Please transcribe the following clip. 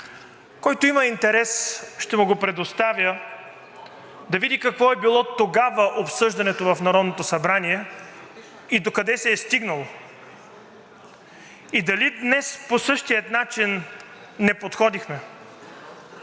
Който има интерес, ще му го предоставя, за да види какво е било тогава обсъждането в Народното събрание и докъде се е стигнало. Дали и днес не подходихме